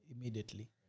immediately